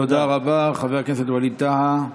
תודה רבה לחבר הכנסת ווליד טאהא.